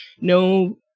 no